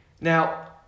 Now